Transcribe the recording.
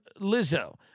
Lizzo